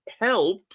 help